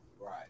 Right